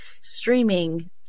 streaming